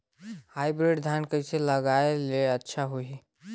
Hybrid धान कइसे लगाय ले अच्छा होही?